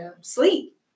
sleep